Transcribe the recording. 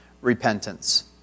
repentance